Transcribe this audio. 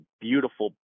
beautiful